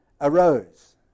arose